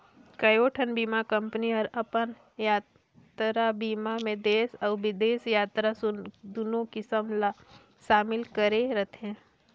कयोठन बीमा कंपनी हर अपन यातरा बीमा मे देस अउ बिदेस यातरा दुनो किसम ला समिल करे रथे